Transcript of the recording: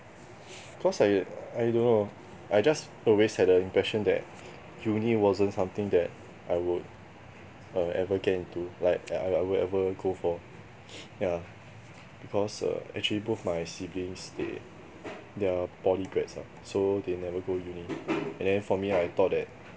cause I I don't know I just always had the impression that uni wasn't something that I would err ever get into like I would I would ever go for yeah because err actually both of my siblings they they are poly grads lah so they never go uni and then for me I thought that